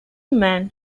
man